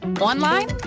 Online